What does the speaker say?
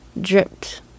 dripped